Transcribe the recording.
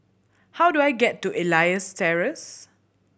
how do I get to Elias Terrace